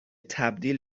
تبدیل